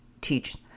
teach